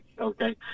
okay